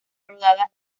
rodada